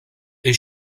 est